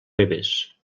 ribes